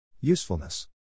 Usefulness